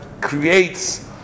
creates